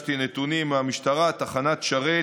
וביקשתי נתונים מהמשטרה, תחנת שרת